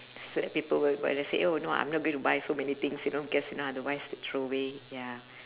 so that people will buy less say oh no I'm not gonna buy so many things you know guess if not otherwise will throw away ya